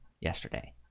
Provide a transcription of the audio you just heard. yesterday